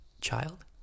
Child